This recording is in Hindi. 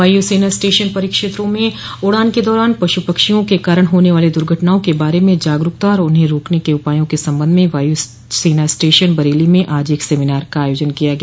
वायू सेना स्टेशन परिक्षेत्रों में उड़ान के दौरान पश्र पक्षियों के कारण होने वाली द्र्घटनाओं के बारे में जागरूकता और उन्हें रोकने के उपायों के संबंध में वायु सेना स्टेशन बरेली में आज एक सेमिनार का आयोजन किया गया